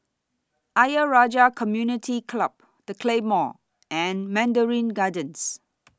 Ayer Rajah Community Club The Claymore and Mandarin Gardens